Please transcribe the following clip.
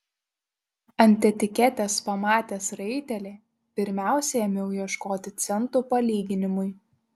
ant etiketės pamatęs raitelį pirmiausia ėmiau ieškoti centų palyginimui